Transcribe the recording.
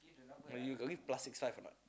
but you got give plastic stuff or not